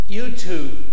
YouTube